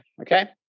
okay